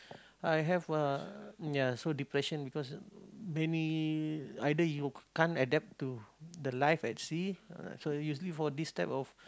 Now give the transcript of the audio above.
I have uh ya so depression because many either you can't adapt to the life at sea uh so usually for this type of